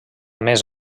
més